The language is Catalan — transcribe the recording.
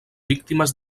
víctimes